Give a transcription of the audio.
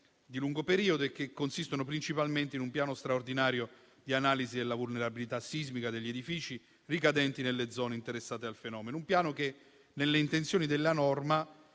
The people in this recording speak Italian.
di lungo periodo e che consistono principalmente in un piano straordinario di analisi della vulnerabilità sismica degli edifici ricadenti nelle zone interessate dal fenomeno. Un piano che, nelle intenzioni della norma,